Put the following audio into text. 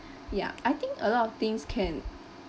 ya I think a lot of things can